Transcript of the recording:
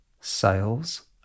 Sales